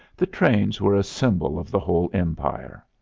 the trains were a symbol of the whole empire.